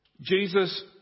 Jesus